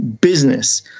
business